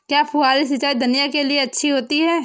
क्या फुहारी सिंचाई धनिया के लिए अच्छी होती है?